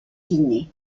guinée